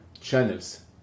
channels